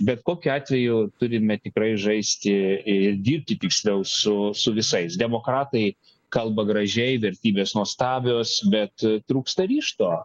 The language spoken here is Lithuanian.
bet kokiu atveju turime tikrai žaisti ir dirbti tiksliau su su visais demokratai kalba gražiai vertybės nuostabios bet trūksta ryžto